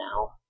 now